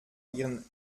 ihren